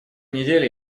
неделе